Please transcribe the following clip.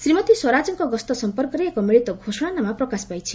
ଶ୍ରୀମତୀ ସ୍ୱରାଜଙ୍କ ଗସ୍ତ ସମ୍ପର୍କରେ ଏକ ମିଳିତ ଘୋଷଣାନାମା ପ୍ରକାଶ ପାଇଛି